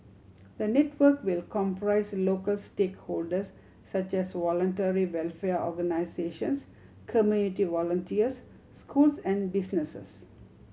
the network will comprise local stakeholders such as voluntary welfare organisations community volunteers schools and businesses